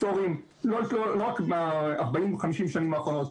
לא רק ב-40, או ה-50 שנים האחרונות.